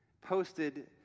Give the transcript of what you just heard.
posted